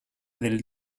del